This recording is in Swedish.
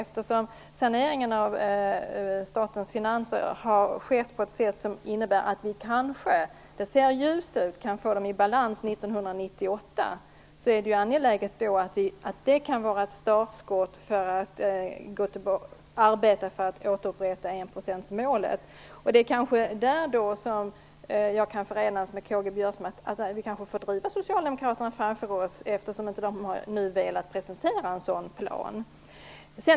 Eftersom saneringen av statens finanser har skett på ett sådant sätt att det innebär att vi kanske - det ser ljust ut - kan få dem i balans redan 1998, är det angeläget att se att det kan vara ett startskott för arbetet för att återupprätta enprocentsmålet. Det kanske är där som jag kan förenas med K-G Biörsmark, om att vi får driva Socialdemokraterna framför oss, eftersom de inte har velat presentera en sådan plan nu.